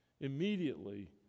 Immediately